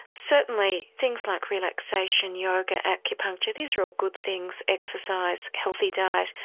certainly things like relaxation, yoga, acupuncture, these are all good things, exercise, healthy diet,